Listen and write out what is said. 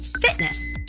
fitness.